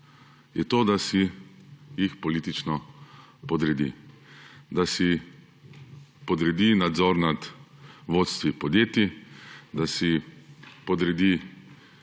je to, da si jih politično podredi, da si podredi nadzor nad vodstvi podjetij, da si podredi